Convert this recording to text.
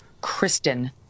Kristen